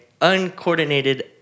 uncoordinated